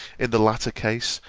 in the latter case,